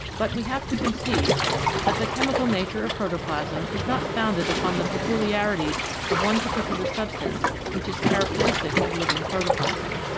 but we have to concede that the chemical nature of protoplasm is not founded upon the peculiarities of one particular substance which is characteristic of living protoplasm.